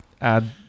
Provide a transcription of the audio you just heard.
add